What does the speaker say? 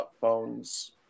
phones